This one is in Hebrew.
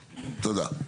תודה.